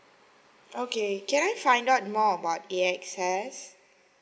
okay can I find out more about E access